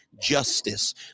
justice